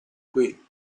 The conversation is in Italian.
qui